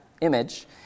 image